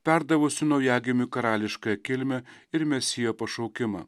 perdavusiu naujagimiui karališkąją kilmę ir mesijo pašaukimą